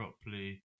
properly